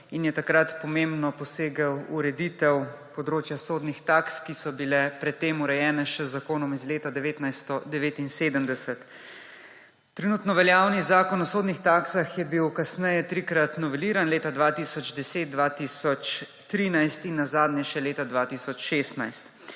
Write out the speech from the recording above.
in je takrat pomembno posegel v ureditev področja sodnih taks, ki so bile pred tem urejene še z zakonom iz leta 1979. Trenutno veljavni Zakon o sodnih taksah je bil kasneje trikrat noveliran – leta 2010, 2013 in nazadnje še leta 2016.